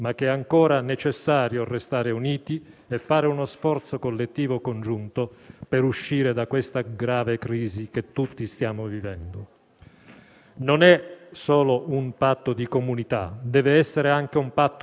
Non è solo un patto di comunità: deve essere anche un patto generazionale. Come già sostenuto dal presidente del Consiglio Mario Draghi durante le dichiarazioni programmatiche rese in quest'Aula,